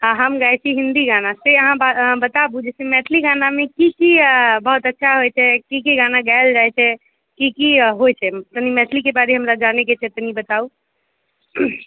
आ हम गाइत छी हिन्दी गाना से अहाँ अहाँ बताबू जे मैथिली गानामे की की बहुत अच्छा होइत छै की की गाना गायल जाइत छै की की होइत छै कनि मैथिलीके बारेमे हमरा जानयके हइ कनि बताउ